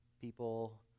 people